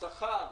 השכר